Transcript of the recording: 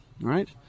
right